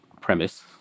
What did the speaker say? premise